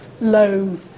low